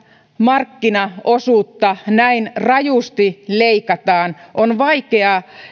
markkinaosuutta näin rajusti leikataan on vaikeaa